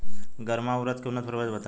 गर्मा उरद के उन्नत प्रभेद बताई?